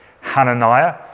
Hananiah